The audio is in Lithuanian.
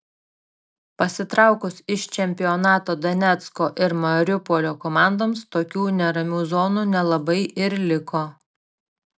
pasitraukus iš čempionato donecko ir mariupolio komandoms tokių neramių zonų nelabai ir liko